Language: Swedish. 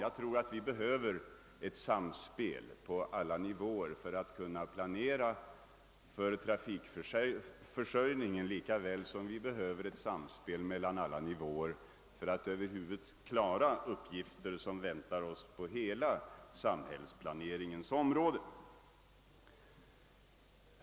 Jag tror att vi behöver ett samspel mellan alla nivåer för att kunna planera för trafikförsörjningen lika väl som vi behöver ett samspel mellan alla nivåer för att över huvud taget klara de uppgifter som väntar oss på hela samhällsplaneringens område.